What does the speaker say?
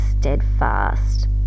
steadfast